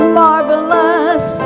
marvelous